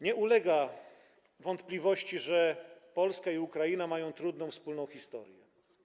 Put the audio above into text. Nie ulega wątpliwości, że Polska i Ukraina mają trudną wspólną historię.